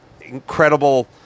incredible